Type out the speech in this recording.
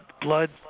blood